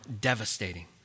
devastating